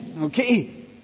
okay